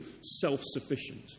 self-sufficient